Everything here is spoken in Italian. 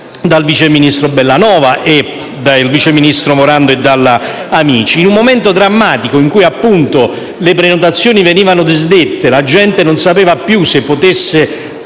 dal viceministro Bellanova, dal viceministro Morando e dal sottosegretario Amici. Un momento drammatico in cui, appunto, le prenotazioni venivano disdette, la gente non sapeva più se potesse